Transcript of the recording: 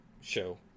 show